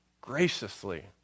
graciously